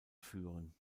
führen